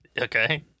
Okay